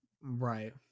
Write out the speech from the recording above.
right